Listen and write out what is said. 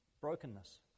brokenness